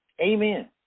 Amen